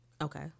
Okay